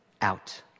out